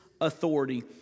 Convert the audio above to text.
Authority